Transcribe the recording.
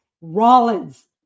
Rollins